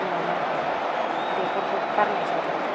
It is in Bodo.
माबा दैखरखौ गारनाय जादों आरो